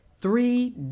three